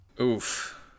Oof